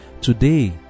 Today